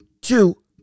two